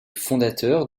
fondateurs